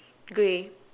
grey